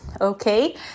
okay